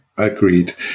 Agreed